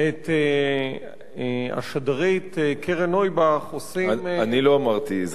את השדרית קרן נויבך עושים, אני לא אמרתי.